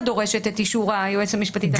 דורשת את אישור היועצת המשפטית לממשלה.